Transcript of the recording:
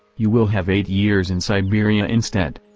you will have eight years in siberia instead.